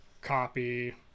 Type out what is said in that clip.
copy